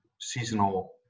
seasonal